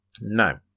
No